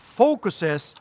focuses